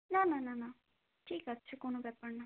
না না না না ঠিক আছে কোনও ব্যাপার না